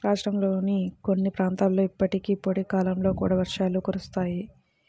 రాష్ట్రంలోని కొన్ని ప్రాంతాలలో ఇప్పటికీ పొడి కాలంలో కూడా వర్షాలు కురుస్తాయి